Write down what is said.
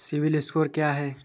CIBIL score क्या है?